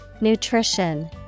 Nutrition